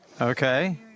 Okay